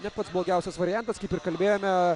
ne pats blogiausias variantas kaip ir kalbėjome